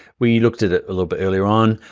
we looked at it a little bit earlier on.